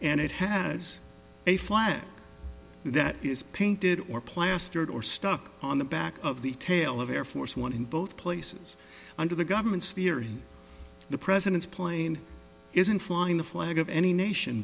and it has a flag that is painted or plastered or stuck on the back of the tail of air force one in both places under the government's theory the president's plane isn't flying the flag of any nation